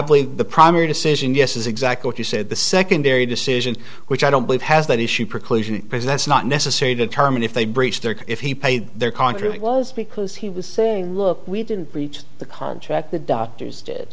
believe the primary decision yes is exactly what you said the secondary decision which i don't believe has that issue preclusion in prison that's not necessary to determine if they breached their if he paid their contract was because he was saying look we didn't breach the contract the doctors did